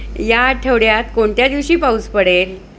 या आठवड्यात कोणत्या दिवशी पाऊस पडेल